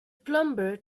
plumber